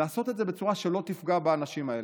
לעשות את זה בצורה שלא תפגע באנשים האלה.